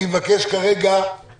אני אבקש כרגע